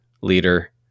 leader